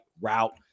route